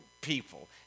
people